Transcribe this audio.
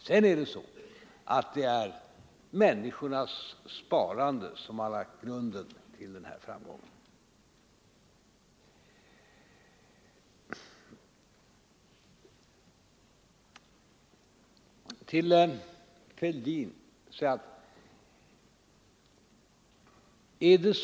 Sedan är det allmänhetens sparande som har lagt grunden till framgången med ransoneringen.